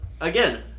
Again